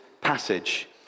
passage